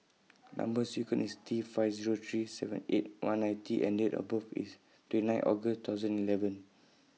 Number sequence IS T five Zero three seven eight one nine T and Date of birth IS twenty nine August two thousand eleven